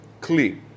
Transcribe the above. clear